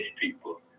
people